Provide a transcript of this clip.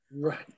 right